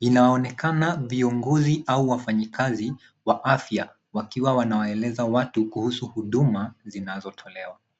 Inaonekana viongozi au wafanyikazi wa afya wakiwa wanawaeleza watu kuhusu huduma zinazotolewa.